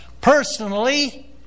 personally